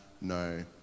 no